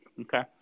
Okay